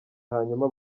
hanyuma